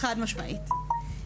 חד משמעית.